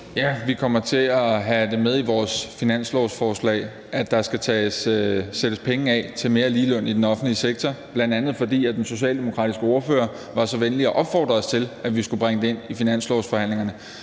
Ja, vi kommer til at have det med i vores finanslovsforslag, at der skal sættes penge af til mere ligeløn i den offentlige sektor, bl.a. fordi den socialdemokratiske ordfører var så venlig at opfordre os til at bringe det ind i finanslovsforhandlingerne.